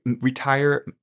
Retire